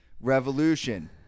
revolution